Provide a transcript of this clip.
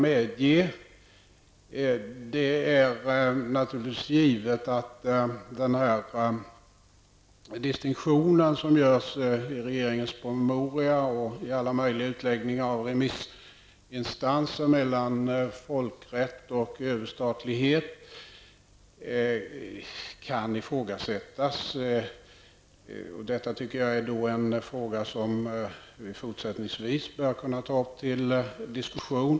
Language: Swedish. Det vill jag gärna medge. Det är givet att den distinktion som görs i regeringens promemoria och i alla möjliga utläggningar och remissinstanser mellan folkrätt och överstatlighet kan ifrågasättas. Detta tycker jag är en fråga som vi fortsättningsvis bör kunna ta upp till diskussion.